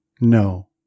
no